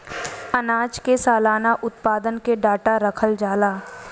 आनाज के सलाना उत्पादन के डाटा रखल जाला